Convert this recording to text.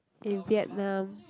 in Vietnam